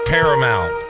Paramount